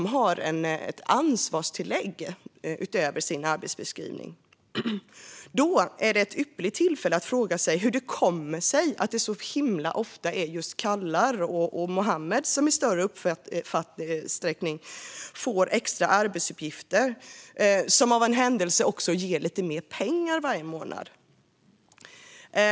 Riksrevisionens rapport om diskrimi-neringslagens krav på lönekartläggning Detta är ett ypperligt tillfälle att fråga sig hur det kommer sig att det så himla ofta är Kallar och Muhammedar som i större utsträckning får extra arbetsuppgifter som av en händelse också ger mer pengar varje månad.